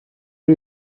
are